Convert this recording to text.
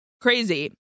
Crazy